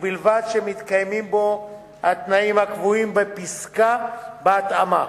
ובלבד שמתקיימים בו התנאים הקבועים בפסקה בהתאמה.